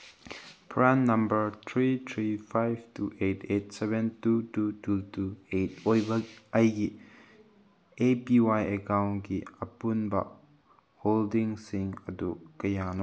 PRAN number three three five two eight eight seven two two two two eight ꯑꯣꯏꯕ ꯑꯩꯒꯤ A P Y ꯑꯦꯀꯥꯎꯟꯀꯤ ꯑꯄꯨꯟꯕ ꯍꯣꯜꯗꯤꯡꯁꯤꯡ ꯑꯗꯨ ꯀꯌꯥꯅꯣ